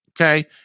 Okay